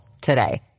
today